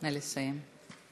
נא לסיים.